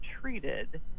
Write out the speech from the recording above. treated